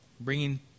Bringing